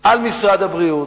על משרד הבריאות,